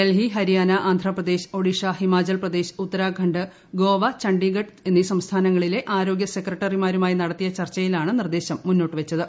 ഡൽഹി ഹരിയാന ആന്ധ്രാപ്രദേശ് ഒഡീഷ ഹിമാചൽ പ്രദേശ് ഉത്തരാഖണ്ഡ് ഗോവ ഛണ്ഡിഗഡ് എന്നീ സംസ്ഥാനങ്ങളിലെ ആരോഗ്യ സെക്രട്ടറിമാരുമായി നടത്തിയ ചർച്ചയിലാണ് നിർദ്ദേശം മുന്നോട്ടു വച്ചത്